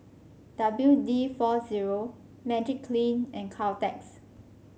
W D four zero Magiclean and Caltex